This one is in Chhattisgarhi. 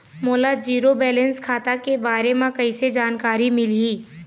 मोला जीरो बैलेंस खाता के बारे म कैसे जानकारी मिलही?